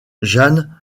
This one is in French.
jane